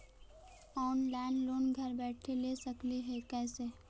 Online loan घर बैठे ले सकली हे, कैसे?